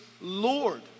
Lord